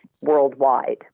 worldwide